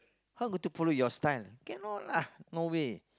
how go to follow your style cannot lah no way